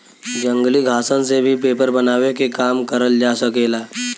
जंगली घासन से भी पेपर बनावे के काम करल जा सकेला